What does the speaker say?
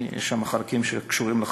יש שם חלקים שקשורים לחקלאות.